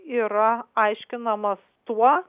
yra aiškinamas tuo